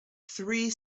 three